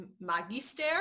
Magister